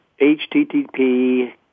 http